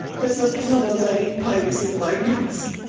there s a plumber laying pipes in my guts,